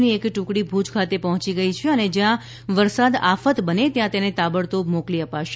ની એક ટુકડી ભુજ ખાતે પહોંચી ગઈ છે અને જ્યાં વરસાદ આફત બને ત્યાં તેને તાબડતોબ મોકલી અપાશે